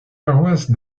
paroisses